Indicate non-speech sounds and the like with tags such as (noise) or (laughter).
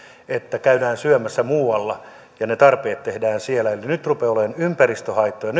että käydään syömässä muualla ja ne tarpeet tehdään siellä eli nyt rupeaa olemaan ympäristöhaittoja (unintelligible)